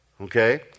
Okay